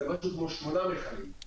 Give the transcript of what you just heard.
זה כשמונה מכלים.